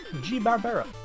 G-Barbera